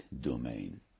domain